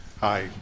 Hi